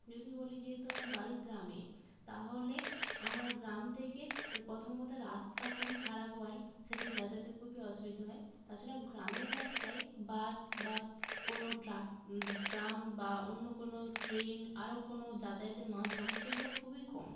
যদি বলি যেহেতু আমার বাড়ি গ্রামে তাহলে আমার গ্রাম থেকে প্রথম কথা রাস্তা খুবই খারাপ হয় সেখানে যাতায়াতের খুবই অসুবিধা হয় তাছাড়া গ্রামের রাস্তায় বাস বা কোনো ট্রাক ট্রাম বা অন্য কোনো ট্রেন আরো কোনো যাতায়াতের মাধ্যম সেগুলো খুবই কম